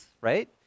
right